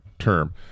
term